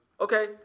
okay